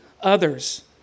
others